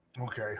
okay